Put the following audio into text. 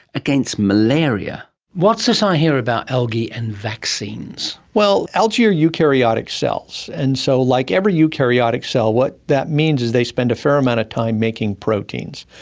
against malaria. what's this i hear about algae and vaccines? well, algae are eukaryotic cells, and so like every eukaryotic cell, what that means is they spent a fair amount of time making proteins.